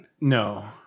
No